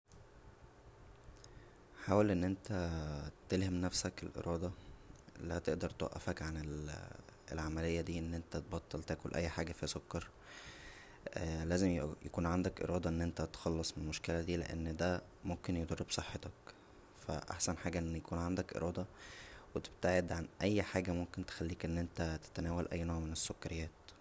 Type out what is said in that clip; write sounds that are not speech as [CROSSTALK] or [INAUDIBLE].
حاول ان انت تلهم نفسك الاراده اللى هتقدر توقفك عن [HESITATION] العمليه دى ان انت تبطل تاكل اى حاجه فيها سكر لازم يكون عندك اراده ان انت تتخلص من المشكله دى لان دا ممكن يضر بصحتك فا احسن حاجه ان يكون عندك اراده و تبتعد عن اى حاجه ممكن تخليك ان انت تتناول اى نوع من السكريات